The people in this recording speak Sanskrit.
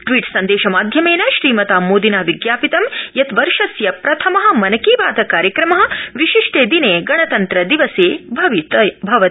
श्री सन्देश माध्यमेन श्रीमता मोदिना विज्ञापितं यत् वर्षस्य प्रथम मन की बात कार्यक्रम विशिष्टे दिने गणतन्त्र दिवसे भवति